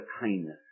kindness